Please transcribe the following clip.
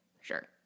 Sure